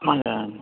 ஆமாம்ங்க